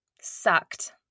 sucked